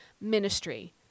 ministry